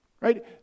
Right